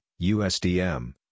USDM